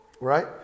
Right